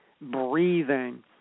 breathing